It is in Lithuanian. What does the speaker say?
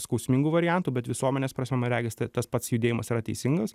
skausmingų variantų bet visuomenės prasme man regis tai tas pats judėjimas yra teisingas